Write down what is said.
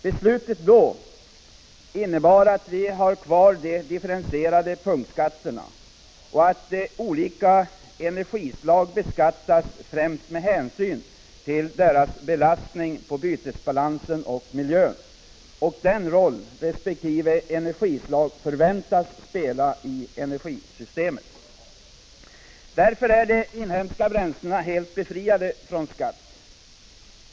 Beslutet då innebar att vi har kvar de differentierade punktskatterna och att olika energislag beskattas främst med hänsyn till sin belastning på bytesbalansen och miljön och den roll resp. energislag förväntas spela i energisystemet. Därför är de inhemska bränslena helt befriade från skatt.